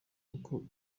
kuko